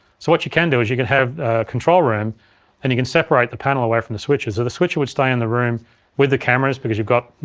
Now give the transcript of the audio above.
so what you can do is you could have a control room and you can separate the panel away from the switcher, so the switcher would stay in the room with the cameras because you've got,